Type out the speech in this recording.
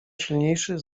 silniejszy